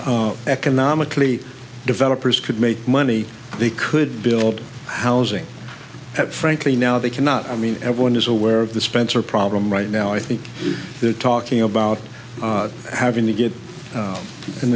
economically developers could make money they could build housing that frankly now they cannot i mean everyone is aware of the spencer problem right now i think they're talking about having to get